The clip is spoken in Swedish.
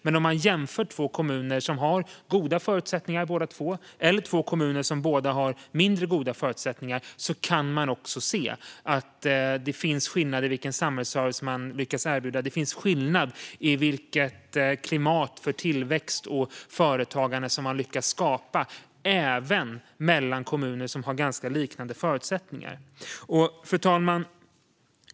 Men om man jämför två kommuner som har goda förutsättningar eller två kommuner som har mindre goda förutsättningar kan man se att det finns skillnader i vilken samhällsservice de lyckas erbjuda. Det finns skillnader i vilket klimat för tillväxt och företagande som man lyckats skapa även mellan kommuner som har ganska lika förutsättningar. Fru talman!